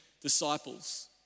disciples